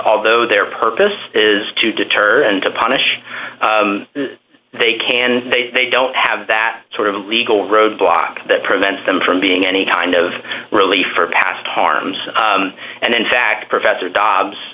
although their purpose is to deter and to punish they can they they don't have that sort of legal roadblock that prevents them from being any kind of relief or passed harms and in fact professor dob